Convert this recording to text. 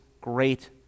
great